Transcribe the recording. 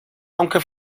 aunque